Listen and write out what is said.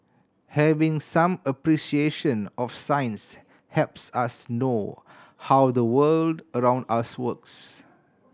having some appreciation of science helps us know how the world around us works